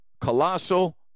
colossal